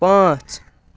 پانٛژھ